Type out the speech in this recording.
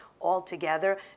altogether